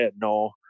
no